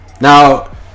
Now